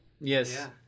Yes